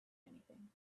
anything